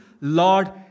Lord